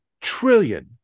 trillion